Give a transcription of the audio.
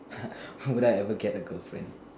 ha would I ever get a girlfriend